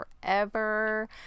forever